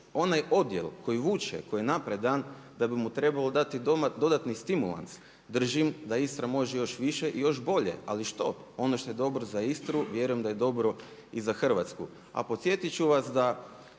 onaj odjel koji vuče, koji je napredan da bi mu trebalo dati dodatan stimulans. Držim da Istra može još više i još bolje. Ali što? Ono što je dobro za Istru, vjerujem da je dobro i za Hrvatsku. A podsjetiti ću vas da